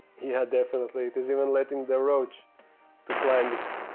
he had definitely it is even letting the roach to climb it